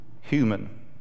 human